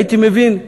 הייתי מבין,